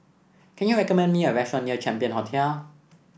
can you recommend me a restaurant near Champion Hotel